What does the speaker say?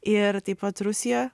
ir taip pat rusija